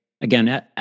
again